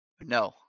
No